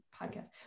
podcast